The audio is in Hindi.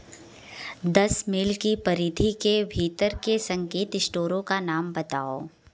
दस मील की परिधि के भीतर के संगीत स्टोरों का नाम बताओ